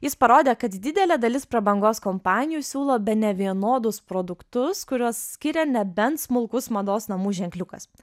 jis parodė kad didelė dalis prabangos kompanijų siūlo bene vienodus produktus kuriuos skiria nebent smulkus mados namų ženkliukas